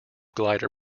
glider